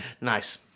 nice